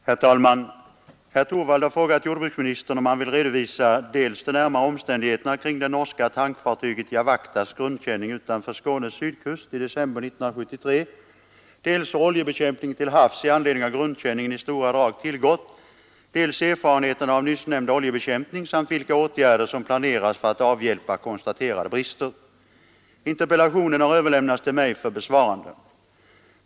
Herr talman! Herr Torwald har frågat jordbruksministern om han vill redovisa dels de närmare omständigheterna kring det norska tankfartyget Jawachtas grundkänning utanför Skånes sydkust i december 1973, dels hur oljebekämpningen till havs i anledning av grundkänningen i stora drag tillgått, dels erfarenheterna av nyssnämnda oljebekämpning samt vilka åtgärder som planeras för att avhjälpa konstaterade brister. Interpellationen har överlämnats till mig för besvarande.